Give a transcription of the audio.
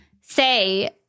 say